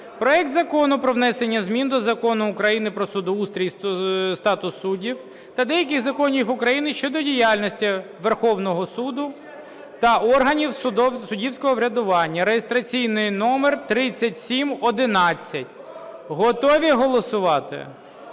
проект Закону про внесення змін до Закону України "Про судоустрій і статус суддів" та деяких законів України щодо діяльності Верховного Суду та органів суддівського врядування (реєстраційний номер 3711). Готові голосувати?